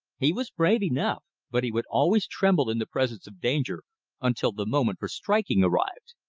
he was brave enough, but he would always tremble in the presence of danger until the moment for striking arrived.